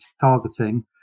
targeting